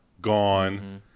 gone